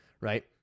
Right